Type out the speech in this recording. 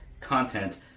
content